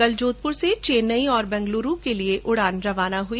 कल जोधपुर से चेन्नई और बेंगलुरु के लिए फ्लाइट रवाना हुई